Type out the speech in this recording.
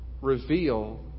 reveal